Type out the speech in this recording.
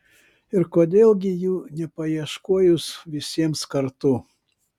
ir kodėl gi jų nepaieškojus visiems kartu